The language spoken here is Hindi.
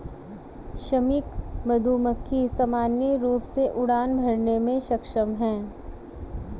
श्रमिक मधुमक्खी सामान्य रूप से उड़ान भरने में सक्षम हैं